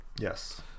yes